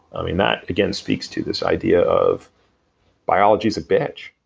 i mean, that again speaks to this idea of biology's a bitch.